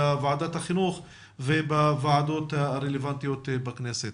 בוועדת החינוך ובוועדות הרלוונטיות בכנסת.